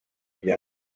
mir